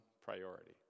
priority